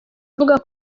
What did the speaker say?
avuga